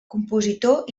compositor